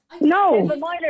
No